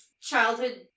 childhood